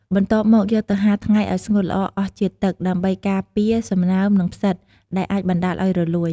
បន្ទាប់មក យកទៅហាលថ្ងៃឲ្យស្ងួតល្អអស់ជាតិទឹក ដើម្បីការពារសំណើម និងផ្សិត ដែលអាចបណ្ដាលឲ្យរលួយ។